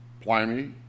Pliny